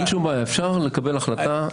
אין שום בעיה, אפשר לקבל החלטה.